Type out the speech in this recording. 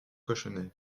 cochonnet